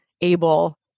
able